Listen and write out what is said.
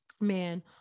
man